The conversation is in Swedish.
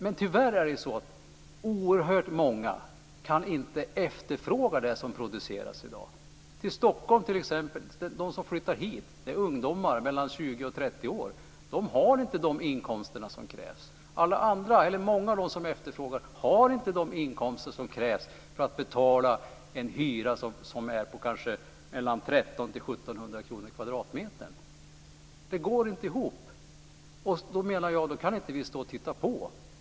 Men tyvärr kan oerhört många inte efterfråga det som produceras i dag. De som flyttar till Stockholm är ungdomar mellan 20 och 30 år. De har inte de inkomster som krävs. Många av dem som efterfrågar en bostad har inte de inkomster som krävs för att betala en hyra på 1 300 1 700 kr per kvadratmeter. Det går inte ihop. Då menar jag att vi inte kan stå och titta på.